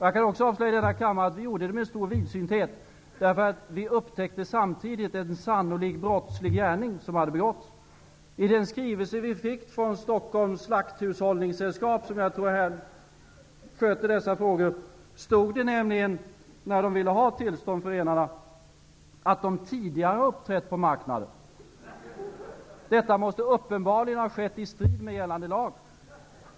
Jag kan också avslöja för denna kammare att vi handlade med stor vidsynthet. Vi upptäckte nämligen samtidigt att en brottslig gärning sannolikt hade begåtts. I Stockholms slakthushållningssällskap, som jag tror sköter dessa frågor, stod att renarna tidigare har uppträtt på marknad. Detta måste uppenbarligen ha skett i strid med gällande lag.